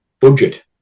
budget